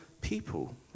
people